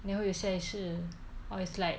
then 你会有前世 or it's like